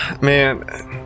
Man